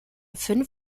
fünf